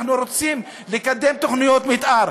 אנחנו רוצים לקדם תוכניות מתאר,